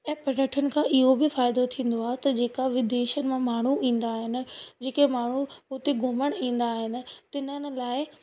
ऐं पर्यटन खां इहो बि फ़ाइदो थींदो आहे त जेका विदेशनि मां माण्हू ईंदा आहिनि जेके माण्हू हुते घुमण ईंदा आहिनि तिनन लाइ